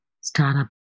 startup